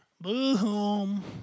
boom